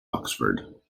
oxford